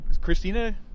christina